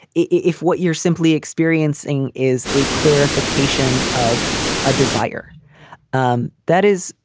if what you're simply experiencing is a clarification of a desire um that is,